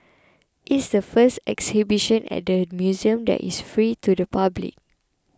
it is the first exhibition at the museum that is free to the public